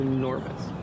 enormous